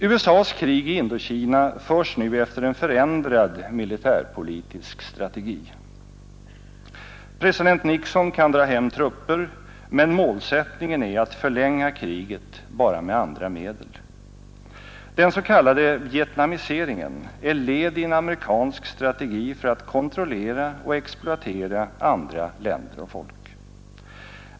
USAs krig i Indokina förs nu efter en förändrad militärpolitisk strategi. President Nixon kan dra hem trupper, men målsättningen är att förlänga kriget, bara med andra medel. Den s.k. vietnamiseringen är led i en amerikansk strategi för att kontrollera och exploatera andra länder och folk.